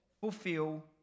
fulfill